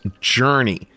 Journey